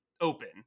open